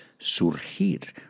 surgir